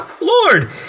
Lord